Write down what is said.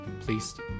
please